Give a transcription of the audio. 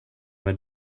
mig